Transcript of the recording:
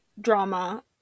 drama